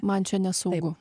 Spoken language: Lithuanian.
man čia nesaugu